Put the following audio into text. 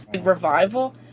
Revival